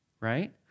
right